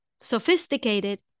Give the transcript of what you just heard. sophisticated